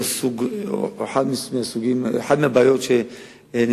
היות שאני רוצה שיהיה מעקב,